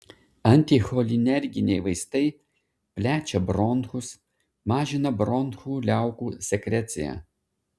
anticholinerginiai vaistai plečia bronchus mažina bronchų liaukų sekreciją